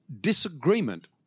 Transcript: disagreement